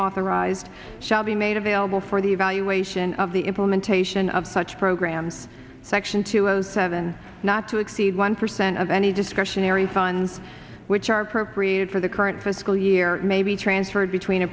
authorized shall be made available for the evaluation of the implementation of such programs section two zero seven not to exceed one percent of any discretionary funds which are appropriate for the current fiscal year may be transferred between